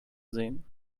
sehen